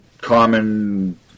common